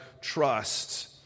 trust